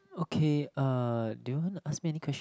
okay uh do you want to ask me any question